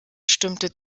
stimmte